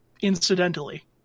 incidentally